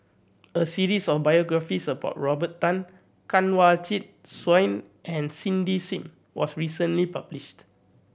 a series of biographies about Robert Tan Kanwaljit Soin and Cindy Sim was recently published